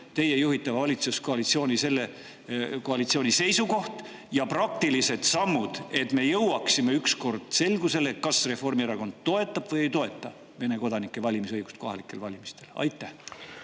teie juhitava valitsuskoalitsiooni seisukoht ja praktilised sammud, et me jõuaksime ükskord selgusele, kas Reformierakond toetab või ei toeta Vene kodanike valimisõigust kohalikel valimistel. Aitäh!